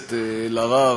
הכנסת אלהרר,